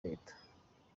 leta